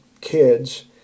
kids